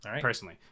personally